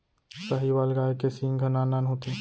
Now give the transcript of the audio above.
साहीवाल गाय के सींग ह नान नान होथे